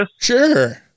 Sure